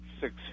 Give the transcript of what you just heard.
six